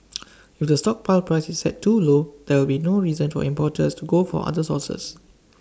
if the stockpile price is set too low there will be no reason for importers to go for other sources